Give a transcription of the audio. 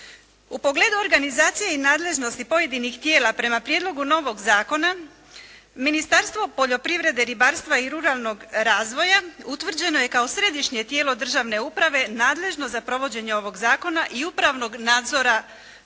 U pogledu organizacije i nadležnosti pojedinih tijela prema prijedlogu novog zakona Ministarstvo poljoprivrede, ribarstva i ruralnog razvoja utvrđeno je kao Središnje tijelo državne uprave nadležno za provođenje ovog zakona i upravnog nadzora